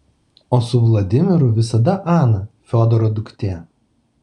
o su vladimiru visada ana fiodoro duktė